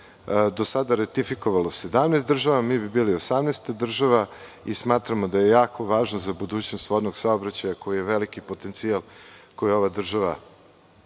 do sada ratifikovalo 17 država, mi bi bili 18 država i smatramo da je jako važno za budućnost vodnog saobraćaja koji je veliki potencijal a koji ova država,